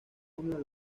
uno